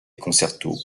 concertos